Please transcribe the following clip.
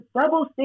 double